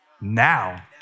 now